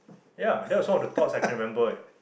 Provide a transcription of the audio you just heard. ya that's all the thought I can remember